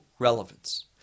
relevance